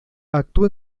actuó